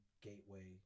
gateway